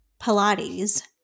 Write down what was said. Pilates